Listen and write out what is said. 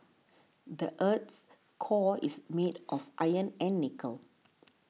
the earth's core is made of iron and nickel